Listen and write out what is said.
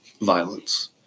violence